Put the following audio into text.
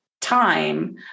time